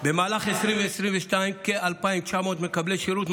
במהלך 2022 כ-2,900 מקבלי שירות,